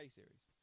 series